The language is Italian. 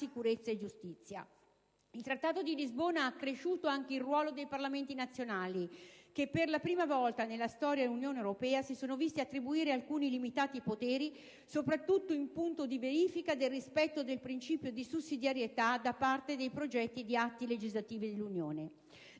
sicurezza e giustizia. Il Trattato di Lisbona ha accresciuto anche il ruolo dei Parlamenti nazionali che, per la prima volta nella storia dell'Unione europea, si sono visti attribuire alcuni limitati poteri, soprattutto in punto di verifica del rispetto del principio di sussidiarietà da parte dei progetti di atti legislativi dell'Unione.